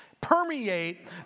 permeate